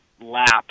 lapse